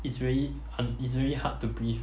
it's very easily hard to breathe